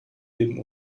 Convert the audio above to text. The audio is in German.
eben